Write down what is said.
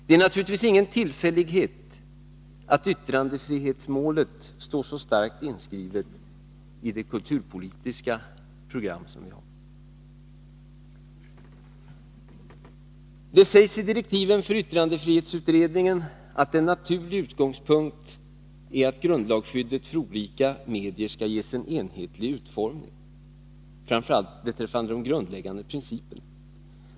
Det är naturligtvis ingen tillfällighet att yttrandefrihetsmålet står så starkt inskrivet i vårt kulturpolitiska program. Det sägs i direktiven för yttrandefrihetsutredningen att en naturlig utgångspunkt är att grundlagsskyddet för olika medier skall ges en enhetlig utformning, framför allt beträffande de grundläggande principerna.